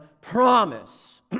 promise